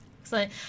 Excellent